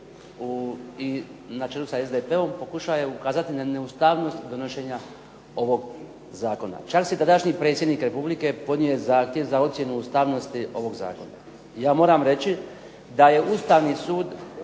je na čelu sa SDP-om, pokušao je ukazati na neustavnost donošenja ovog zakona. Čak se i tadašnji predsjednik Republike podnio je zahtjev za ocjenu ustavnosti ovog zakona. Ja moram reći da je Ustavni sud